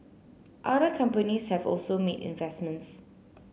other companies have also made investments